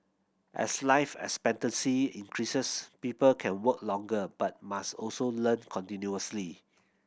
as life expectancy increases people can work longer but must also learn continuously